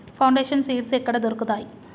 Foundation seeds ఎక్కడ దొరుకుతాయి?